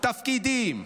תפקידים,